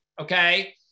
Okay